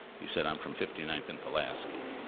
you said, i'm from fifty ninth and pulaski,